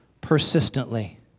persistently